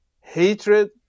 hatred